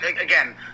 again